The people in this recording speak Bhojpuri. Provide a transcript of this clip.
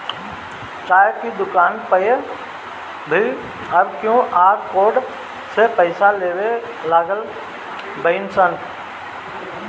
चाय के दुकानी पअ भी अब क्यू.आर कोड से पईसा लेवे लागल बानअ सन